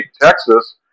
Texas